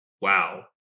wow